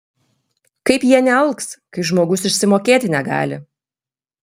kaip jie nealks kai žmogus išsimokėti negali